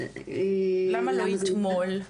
למה לא אתמול?